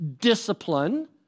discipline